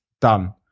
done